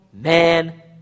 man